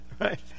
right